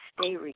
stay